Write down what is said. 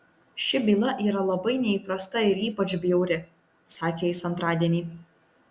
ši byla yra labai neįprasta ir ypač bjauri sakė jis antradienį